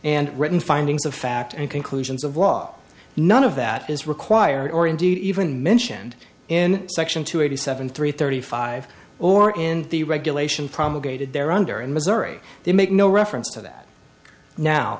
and written findings of fact and conclusions of law none of that is required or indeed even mentioned in section two eighty seven three thirty five or in the regulation promulgated there under in missouri they make no reference to that now